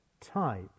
type